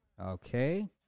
okay